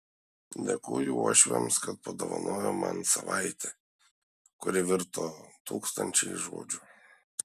dėkoju uošviams kad padovanojo man savaitę kuri virto tūkstančiais žodžių